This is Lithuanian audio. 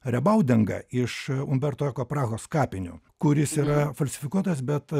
rebaudengą iš umberto eko prahos kapinių kuris yra falsifikuotas bet